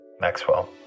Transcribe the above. Maxwell